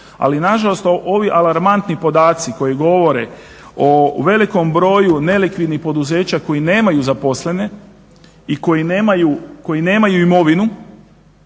Ali nažalost ovi alarmantni podaci koji govore o velikom broju nelikvidnih poduzeća koji nemaju zaposlene i koji nemaju imovinu.